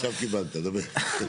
עכשיו קיבלת, דבר.